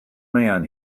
man